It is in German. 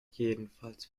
jedenfalls